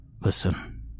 Listen